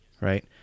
right